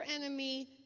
enemy